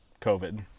covid